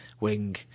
wing